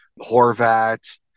Horvat